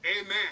Amen